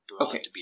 Okay